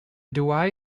douai